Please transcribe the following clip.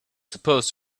supposed